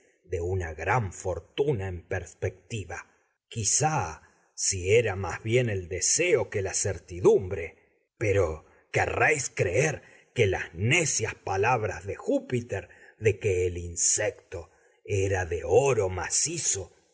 de una gran fortuna en perspectiva quizá si era más bien el deseo que la certidumbre pero querréis creer que las necias palabras de júpiter de que el insecto era de oro macizo